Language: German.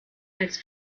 als